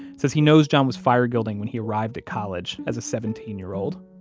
says he knows john was fire guilding when he arrived at college as a seventeen year old.